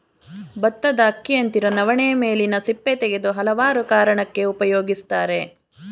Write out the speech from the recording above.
ಬತ್ತದ ಅಕ್ಕಿಯಂತಿರೊ ನವಣೆ ಮೇಲಿನ ಸಿಪ್ಪೆ ತೆಗೆದು ಹಲವಾರು ಕಾರಣಕ್ಕೆ ಉಪಯೋಗಿಸ್ತರೆ